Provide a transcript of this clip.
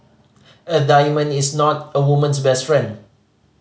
a diamond is not a woman's best friend